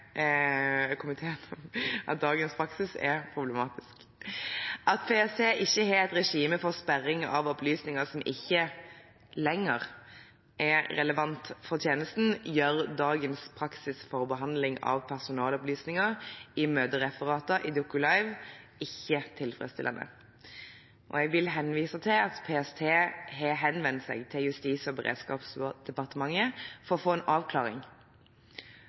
komiteen at dagens praksis er problematisk. At PST ikke har et regime for sperring av opplysninger som ikke lenger er relevante for tjenesten, gjør at dagens praksis for behandling av personalopplysninger i møtereferater i DocuLive ikke er tilfredsstillende. Jeg vil henvise til at PST har henvendt seg til Justis- og beredskapsdepartementet for å få en avklaring,